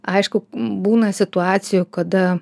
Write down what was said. aišku būna situacijų kada